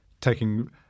taking